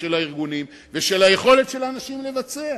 של הארגונים ושל היכולת של האנשים לבצע.